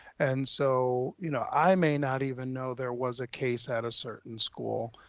and so, you know, i may not even know there was a case at a certain school.